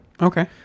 okay